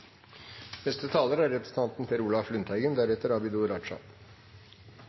Neste taler er representanten